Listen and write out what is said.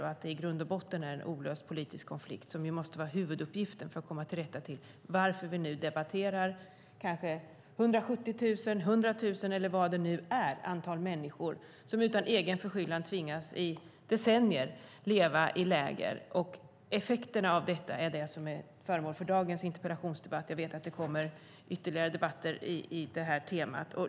Det finns i grund och botten en olöst politisk konflikt, och huvuduppgiften måste vara att komma till rätta med den situationen. Det är anledningen till att vi nu diskuterar 170 000 eller 100 000 människor som utan egen förskyllan i decennier har tvingats leva i läger. Effekterna av detta är föremål för dagens interpellationsdebatt. Jag vet att det kommer ytterligare debatter på temat.